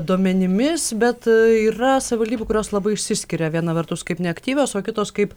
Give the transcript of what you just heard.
duomenimis bet yra savivaldybių kurios labai išsiskiria viena vertus kaip neaktyvios o kitos kaip